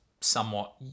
somewhat